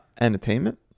Entertainment